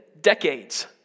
decades